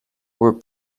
were